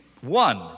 One